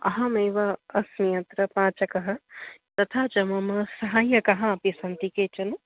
अहमेव अस्मि अत्र पाचकः तथा च मम सहाय्यकः अपि सन्ति केचन